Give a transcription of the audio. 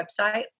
website